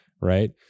right